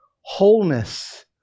wholeness